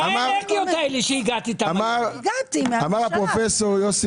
אמר הפרופ' יוסי